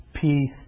peace